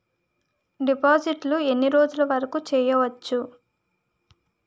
డిపాజిట్లు ఎన్ని రోజులు వరుకు చెయ్యవచ్చు?